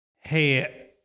hey